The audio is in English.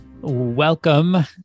Welcome